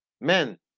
men